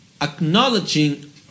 acknowledging